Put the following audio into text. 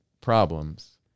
problems